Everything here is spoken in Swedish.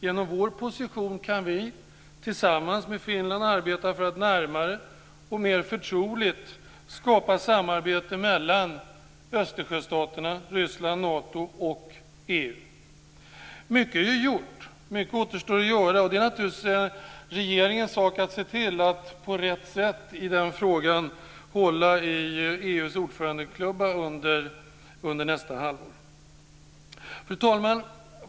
Genom vår position kan vi tillsammans med Finland arbeta för att närmare och mer förtroligt skapa samarbete mellan Östersjöstaterna, Ryssland, Nato och EU. Mycket är gjort, och mycket återstår att göra. Det är naturligtvis regeringens sak att se till att på rätt sätt hålla i EU:s ordförandeklubba i den frågan under nästa halvår. Fru talman!